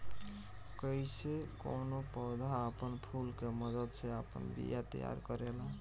कइसे कौनो पौधा आपन फूल के मदद से आपन बिया तैयार करेला